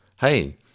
hey